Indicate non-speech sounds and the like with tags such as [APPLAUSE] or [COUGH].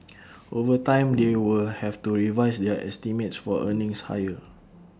[NOISE] over time they will have to revise their estimates for earnings higher